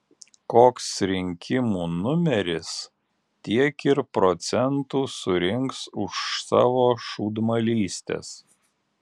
koks rinkimų numeris tiek ir procentų surinks už savo šūdmalystes